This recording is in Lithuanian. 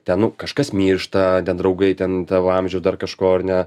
ten nu kažkas miršta ten draugai ten tavo amžiaus dar kažko ar ne